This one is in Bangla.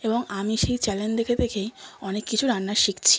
এবং আমি সেই চ্যানেল দেখে দেখেই অনেক কিছু রান্না শিখছি